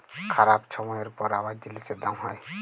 খারাপ ছময়ের পর আবার জিলিসের দাম হ্যয়